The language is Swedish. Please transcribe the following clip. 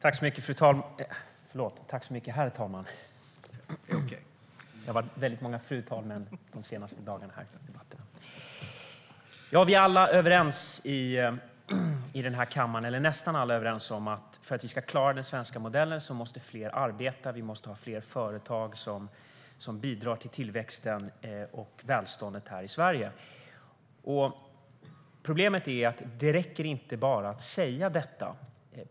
Herr talman! Nästan alla här i kammaren är överens om att för att vi ska klara den svenska modellen måste fler arbeta och vi måste ha fler företag som bidrar till tillväxten och välståndet här i Sverige. Problemet är att det inte räcker med att bara säga detta.